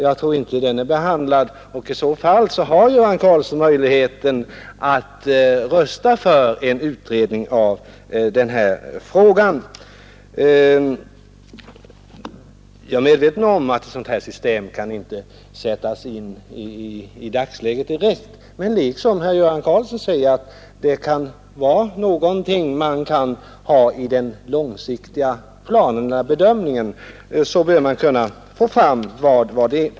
Jag tror inte den är behandlad, och i så fall har ju herr Göran Karlsson möjligheten att rösta för en utredning av den här frågan. Jag är medveten om att ett sådant system inte kan genomföras just i dagsläget, men liksom herr Göran Karlsson menar jag, att det kan vara någonting som man kan ha med i de långsiktiga planerna och bedömningarna. Då bör man kunna få fram någonting av det.